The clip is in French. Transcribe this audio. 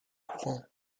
courant